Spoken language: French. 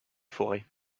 forêt